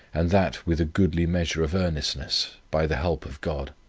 and that with a goodly measure of earnestness, by the help of god.